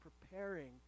preparing